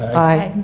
aye.